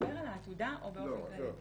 מדבר על העתודה או באופן כללי?